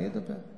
אני אדבר.